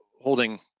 holding